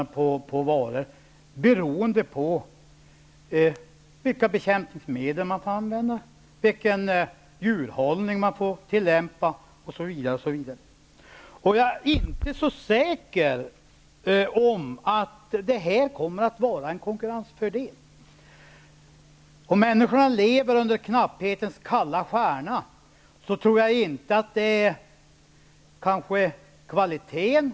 För vissa livsmedel kan det vara betydande skillnader i produktionskostnader, beroende på vilka bekämpningsmedel man får använda, vilken djurhållning man får tillämpa, osv osv. Jag är inte så säker på att våra bestämmelser kommer att vara en konkurrensfördel. Om människorna lever under knapphetens kalla stjärna, tror jag inte att kvaliteten är vad de ser till i första hand.